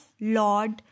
Lord